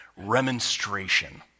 remonstration